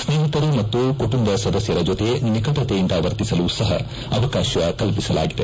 ಸ್ನೇಹಿತರು ಮತ್ತು ಕುಟುಂಬ ಸದಸ್ದರ ಜೊತೆ ನಿಕಟತೆಯಿಂದ ವರ್ತಿಸಲು ಸಹ ಅವಕಾಶ ಕಲ್ಪಿಸಲಾಗಿದೆ